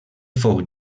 fou